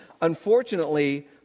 Unfortunately